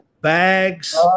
bags